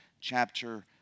chapter